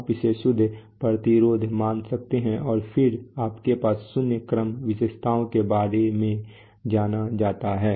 आप इसे शुद्ध प्रतिरोध मान सकते हैं और फिर आपके पास शून्य क्रम विशेषताओं के रूप में जाना जाता है